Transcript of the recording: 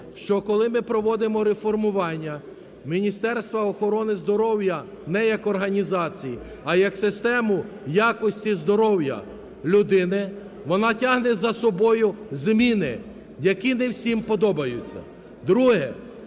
що коли ми проводимо реформування Міністерства охорони здоров'я не як організації, а як систему якості здоров'я людини, вона тягне за собою зміни, які не всім подобаються. Друге,